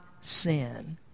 sin